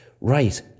Right